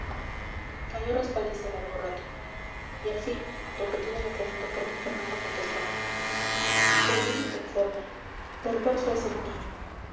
calló respaldiza largo rato y al fin repetida la pregunta por d fernando contestó según y conforme perverso es el niño